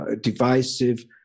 divisive